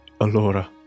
Allora